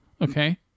Okay